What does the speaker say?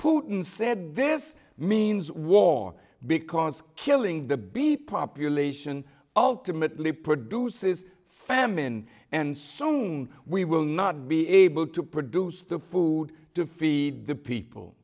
putin said this means war because killing the big population ultimately produces famine and song we will not be able to produce the food to feed the people